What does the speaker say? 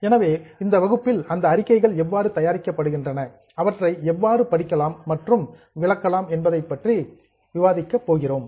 எனவே இந்த வகுப்பில் இந்த அறிக்கைகள் எவ்வாறு தயாரிக்கப்படுகின்றன அவற்றை எவ்வாறு படிக்கலாம் மற்றும் இன்டர்பிரேட்டட் விளக்கலாம் என்பதைப் பற்றி விவாதிக்கப் போகிறோம்